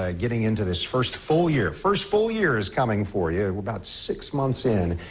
ah getting into this first full year, first full year is coming for you about six months in.